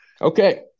Okay